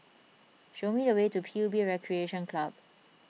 show me the way to P U B Recreation Club